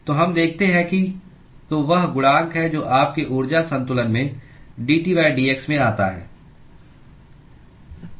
तो हम देखते हैं कि तो वह गुणांक है जो आपके ऊर्जा संतुलन में - dTdx में आता है